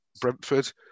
Brentford